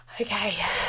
Okay